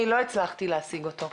לא הצלחתי להשיג אותו.